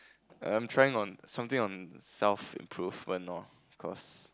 I'm trying on something on self improvement loh cause